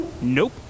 Nope